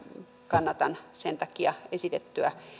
kannatan sen takia esitettyä